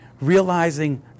realizing